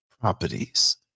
properties